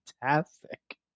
fantastic